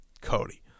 Cody